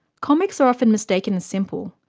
comics are often mistaken as simple.